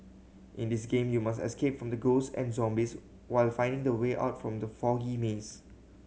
in this game you must escape from the ghosts and zombies while finding the way out from the foggy maze